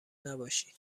نباشین